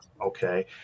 okay